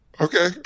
Okay